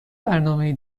برنامهای